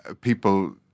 people